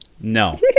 No